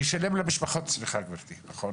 ישלם למשפחות, נכון, סליחה גברתי.